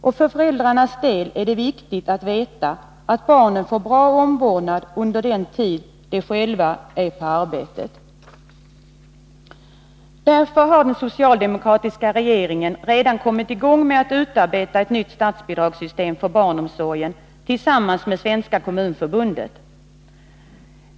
Och för föräldrarna är det viktigt att veta att barnen får bra omvårdnad under den tid de själva är på arbetet. Därför har den socialdemokratiska regeringen redan kommit i gång med att utarbeta ett nytt statsbidragssystem för barnomsorgen tillsammans med Svenska kommunförbundet.